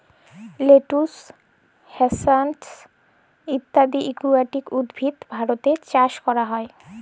lettuce, hyacinth ইত্যদি aquatic উদ্ভিদ ভারতে চাস ক্যরা হ্যয়ে